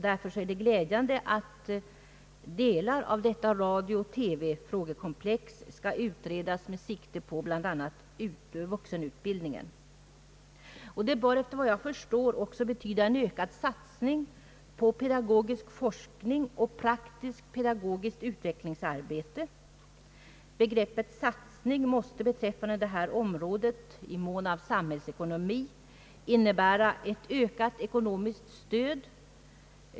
Därför är det glädjande att delar av detta frågekomplex om radio och TV skall utredas med sikte på bl.a. vuxenutbildningen. Det bör efter vad jag förstår också betyda en ökad satsning på pedagogisk forskning och praktiskt pedagogiskt utvecklingsarbete. Begreppet satsning måste när det gäller detta område i mån av samhällsekonomi innebära ett ökat ekonomiskt stöd.